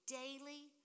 daily